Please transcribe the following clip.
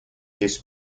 his